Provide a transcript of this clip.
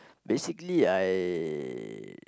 basically I